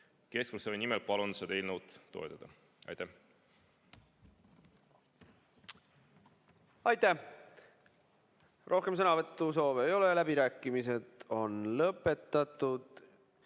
Keskfraktsiooni nimel palun seda eelnõu toetada. Aitäh! Aitäh! Rohkem sõnavõtusoove ei ole, läbirääkimised on lõpetatud.